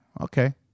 Okay